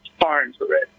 far-infrared